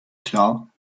klar